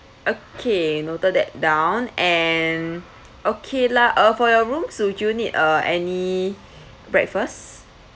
okay noted that down and okay lah uh for your room would you need uh any breakfast